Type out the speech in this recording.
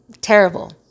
terrible